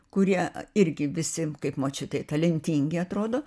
kurie irgi visi kaip močiutei talentingi atrodo